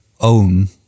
own